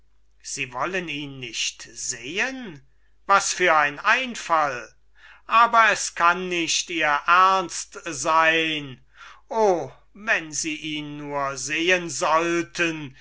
sie wollen ihn nicht sehen madam was für ein einfall aber es kann nicht ihr ernst sein o wenn sie ihn nur sehen sollten